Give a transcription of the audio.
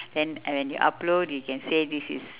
then when you upload you can say this is